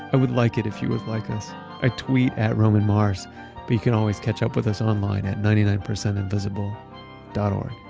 i would like it if you would like us a tweet at romanmars. you can always catch up with us online at ninety nine invisible dot o